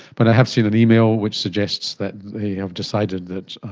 but i have seen an email which suggests that they have decided that